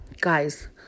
Guys